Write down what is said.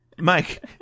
Mike